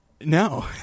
No